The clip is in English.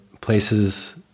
places